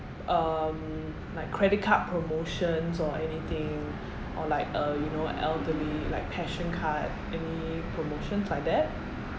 um like credit card promotions or anything or like uh you know elderly like passion card any promotions like that